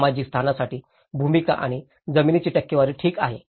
सार्वजनिक स्थानासाठी भूमिका आणि जमिनीची टक्केवारी ठीक आहे